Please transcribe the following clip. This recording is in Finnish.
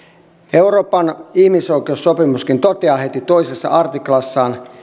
euroopan ihmisoikeussopimuskin toteaa heti toiseen artiklassaan